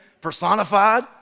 personified